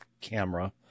camera